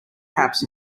caps